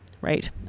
right